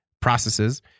processes